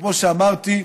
כמו שאמרתי,